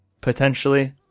potentially